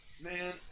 Man